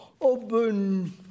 open